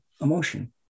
emotion